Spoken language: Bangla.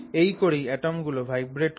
এই করেই অ্যাটম গুলো ভাইব্রেট করে